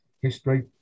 history